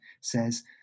says